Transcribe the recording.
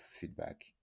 feedback